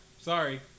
Sorry